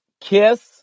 kiss